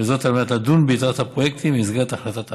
וזאת על מנת לדון ביתרת הפרויקטים במסגרת החלטת הממשלה.